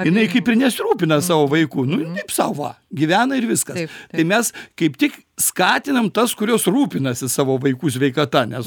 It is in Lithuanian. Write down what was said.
jinai kaip ir nesirūpina savo vaiku nu taip sau va gyvena ir viskas tai mes kaip tik skatinam tas kurios rūpinasi savo vaikų sveikata nes